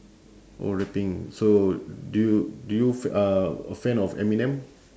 oh rapping so do you do you f~ uh a fan of eminem